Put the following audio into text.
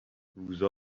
روزا